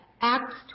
Acts